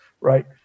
right